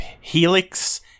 Helix